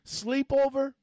sleepover